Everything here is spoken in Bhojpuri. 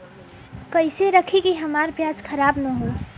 कइसे रखी कि हमार प्याज खराब न हो?